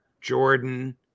Jordan